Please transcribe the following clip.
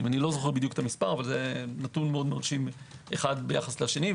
- אני לא זוכר בדיוק את המספר אבל זה נתון מאוד מרשים אחד ביחס לשני.